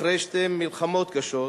אחרי שתי מלחמות קשות